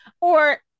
Or-